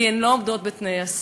כי הן לא עומדות בתנאי הסף.